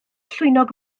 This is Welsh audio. llwynog